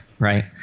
Right